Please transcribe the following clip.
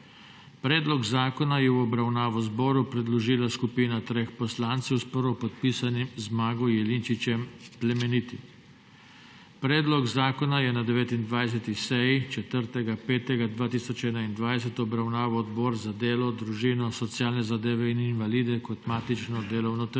Predlog zakona je v obravnavo zboru predložila skupina treh poslancev s prvopodpisanim Zmagom Jelinčičem Plemenitim. Predlog zakona je na 29. seji 4. 5. 2021 obravnaval Odbor za delo, družino, socialne zadeve in invalide kot matično delovno telo.